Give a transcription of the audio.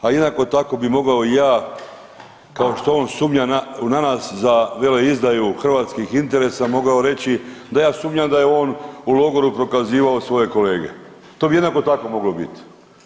A jednako tako bi mogao i ja kao što on sumnja na nas za veleizdaju hrvatskih interesa mogao reći da ja sumnjam da je on u logoru prokazivao svoje kolege, to bi jednako tako moglo biti.